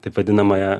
taip vadinamąją